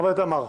חבר הכנסת עמאר.